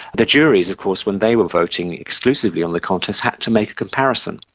the juries of course when they were voting exclusively on the contest had to make a comparison.